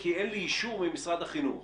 כי אין לי אישור ממשרד החינוך.